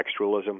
textualism